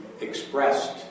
expressed